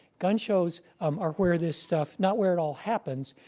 gun shows um are where this stuff not where it all happens,